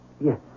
Yes